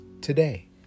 today